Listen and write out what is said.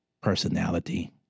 personality